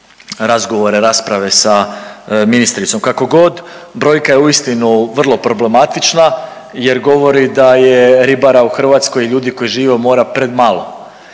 razgovore, rasprave sa ministricom. Kako god brojka je uistinu vrlo problematična jer govori da je ribara u Hrvatskoj i ljudi koji žive od mora premalo,